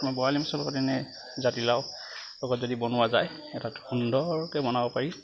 বৰালি মাছৰ লগত এনেই জাতিলাও লগত যদি বনোৱা যায় এটা সুন্দৰকে বনাব পাৰি